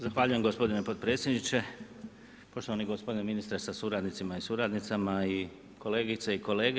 Zahvaljujem gospodine potpredsjedniče, poštovani gospodine ministre sa suradnicima i suradnicama, kolegice i kolege.